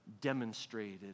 demonstrated